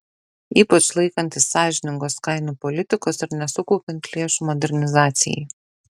ypač laikantis sąžiningos kainų politikos ir nesukaupiant lėšų modernizacijai